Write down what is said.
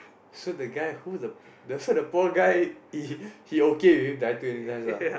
so the guy who the so the poor guy he he okay with dying too many times ah